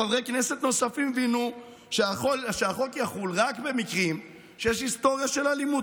חברי כנסת נוספים הבינו שהחוק יחול רק במקרים שיש היסטוריה של אלימות.